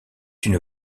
une